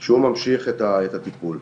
שהוא ממשיך את הטיפול.